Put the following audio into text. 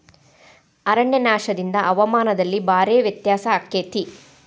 ಅರಣ್ಯನಾಶದಿಂದ ಹವಾಮಾನದಲ್ಲಿ ಭಾರೇ ವ್ಯತ್ಯಾಸ ಅಕೈತಿ